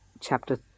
chapter